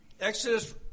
Exodus